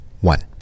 one